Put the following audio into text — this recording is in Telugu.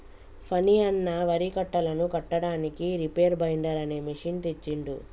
ఫణి అన్న వరి కట్టలను కట్టడానికి రీపేర్ బైండర్ అనే మెషిన్ తెచ్చిండు